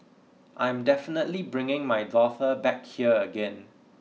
I'm definitely bringing my daughter back here again